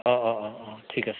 অঁ অঁ অঁ ঠিক আছে